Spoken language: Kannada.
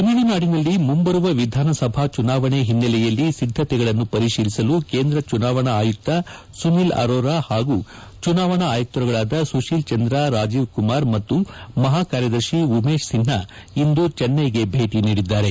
ತಮಿಳುನಾಡಿನಲ್ಲಿ ಮುಂಬರುವ ವಿಧಾನಸಭಾ ಚುನಾವಣೆ ಹಿನ್ನೆಲೆಯಲ್ಲಿ ಸಿದ್ದತೆಗಳನ್ನು ಪರಿಶೀಲಿಸಲು ಕೇಂದ್ರ ಚುನಾವಣಾ ಆಯುಕ್ತ ಸುನಿಲ್ ಅರೋರಾ ಹಾಗೂ ಚುನಾವಣಾ ಆಯುಕ್ತರುಗಳಾದ ಸುಶೀಲ್ ಚಂದ್ರ ರಾಜೀವ್ ಕುಮಾರ್ ಮತ್ತು ಮಹಾ ಕಾರ್ಯದರ್ಶಿ ಉಮೇಶ್ ಸಿನ್ಡಾ ಇಂದು ಚೆನ್ನೈಗೆ ಭೇಟಿ ನೀಡಿದ್ದಾರೆ